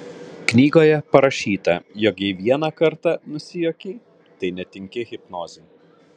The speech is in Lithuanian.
knygoje parašyta jog jei vieną kartą nusijuokei tai netinki hipnozei